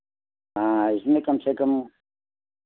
हाँ इसमें कम से कम